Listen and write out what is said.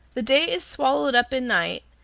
the day is swallowed up in night,